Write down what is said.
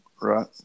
Right